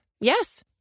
Yes